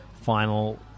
final